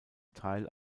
teil